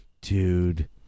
dude